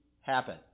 happen